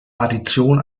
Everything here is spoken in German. addition